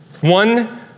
one